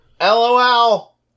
LOL